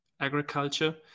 agriculture